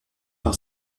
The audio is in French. par